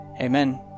Amen